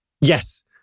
Yes